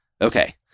okay